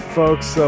folks